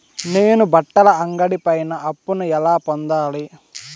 నేను బట్టల అంగడి పైన అప్పును ఎలా పొందాలి?